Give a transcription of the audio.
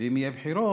ואם יהיו בחירות,